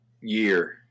year